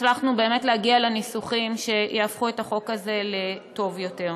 הצלחנו להגיע לניסוחים שיהפכו את החוק הזה לטוב יותר.